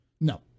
no